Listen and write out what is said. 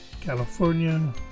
California